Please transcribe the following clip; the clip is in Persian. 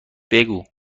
بگو